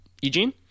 Eugene